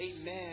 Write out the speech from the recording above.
Amen